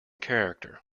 character